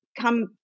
come